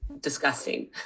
disgusting